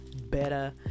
better